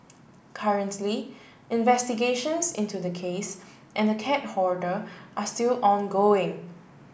currently investigations into the case and cat hoarder are still ongoing